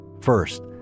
First